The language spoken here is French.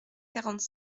quarante